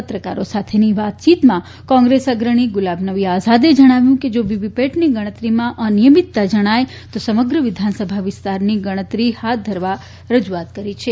પત્રકારો સાથેની વાતચીમાં કોંગ્રેસ અગ્રણી ગુલામનબી આઝાદે જણાવ્યું કે જો વીવીપેટની ગણતરીમાં અનિમિતતા જણાય તો સમગ્ર વિધાનસભા વિસ્તારની ગણતરી હાથ ધરવા રજૂઆત કરી છે